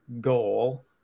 goal